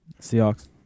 Seahawks